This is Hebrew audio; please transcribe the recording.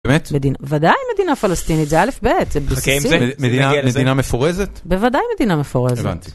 באמת? מדינה, ודאי מדינה פלסטינית, זה א', ב', זה בסיסי. מדינה מפורזת? בוודאי מדינה מפורזת.